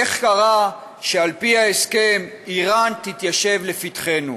איך קרה שעל פי ההסכם, איראן תתיישב לפתחנו.